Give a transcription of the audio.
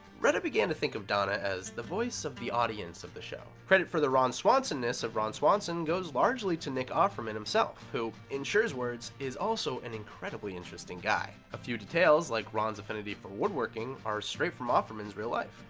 retta began to think of donna as the voice of the audience in the show. credit for the ron swanson-ness of ron swanson goes largely to nick offerman himself who, in schur's words, is also an incredibly interesting guy. a few details, like ron's affinity for woodworking, are straight from offerman's real life.